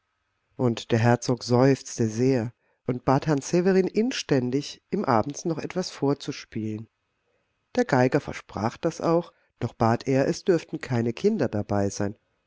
und der herzog seufzte sehr und bat herrn severin inständig ihm abends noch etwas vorzuspielen der geiger versprach das auch doch bat er es dürften keine kinder dabei sein